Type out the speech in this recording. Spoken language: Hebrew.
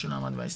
שלא עמדתם בהסכם.